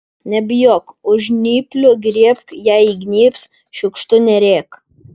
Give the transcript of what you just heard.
nebijok už žnyplių griebk jei įgnybs šiukštu nerėk